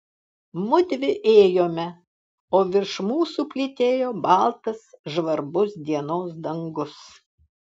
mudvi ėjome o virš mūsų plytėjo baltas žvarbus dienos dangus